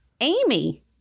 amy